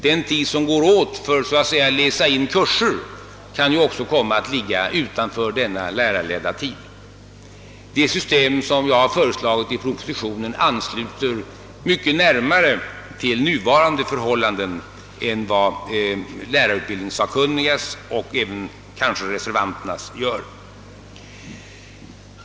Den tid som går åt för att så att säga läsa in kurser kan också komma att ligga utanför denna lärarledda tid. Det system som jag har föreslagit i propositionen ansluter mycket närmare till nuvarande förhållanden än vad lärarutbildningssakkunnigas och kanske även reservanternas gör.